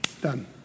Done